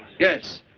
yes.